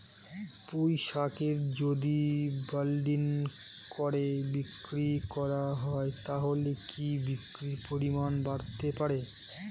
পুঁইশাকের যদি বান্ডিল করে বিক্রি করা হয় তাহলে কি বিক্রির পরিমাণ বাড়তে পারে?